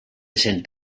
cent